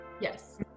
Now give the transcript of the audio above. Yes